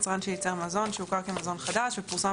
יצרן שייצר מזון שהוכר כמזון חדש ופורסם